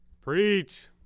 Preach